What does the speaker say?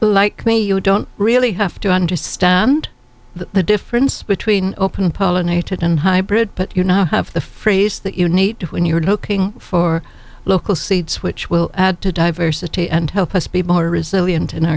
like me you don't really have to understand the difference between open pollinated and hybrid but you're not have the phrase that you need when you're looking for local seeds which will add to diversity and help us be more resilient in our